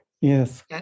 yes